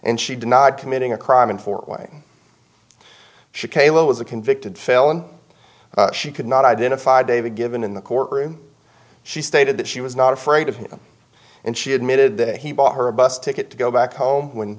and she denied committing a crime and for lying she kayla was a convicted felon she could not identify david given in the courtroom she stated that she was not afraid of him and she admitted that he bought her a bus ticket to go back home when